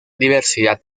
diversidad